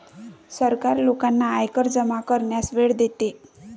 सरकार लोकांना आयकर जमा करण्यास वेळ देते